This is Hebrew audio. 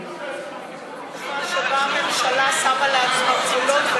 תקופה שבה הממשלה שמה לעצמה גבולות,